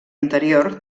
anterior